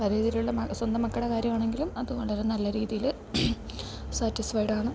പല രീതിയിലുള്ള സ്വന്തം മക്കളുടെ കാര്യമാണെങ്കിലും അത് വളരെ നല്ല രീതിയിൽ സാറ്റിസ്ഫൈഡാണ്